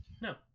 No